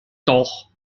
doch